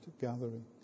gathering